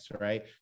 right